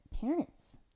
parents